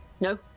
No